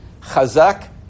Chazak